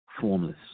formless